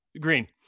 Green